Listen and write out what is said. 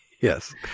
yes